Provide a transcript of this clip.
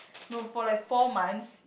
no for like four months